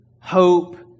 hope